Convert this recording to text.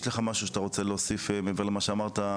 יש לך משהו שאתה רוצה להוסיף מעבר למה שאמרת,